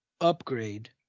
upgrade